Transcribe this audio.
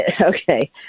Okay